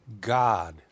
God